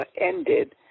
ended